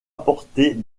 apporter